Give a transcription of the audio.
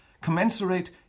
commensurate